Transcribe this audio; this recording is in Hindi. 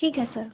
ठीक है सर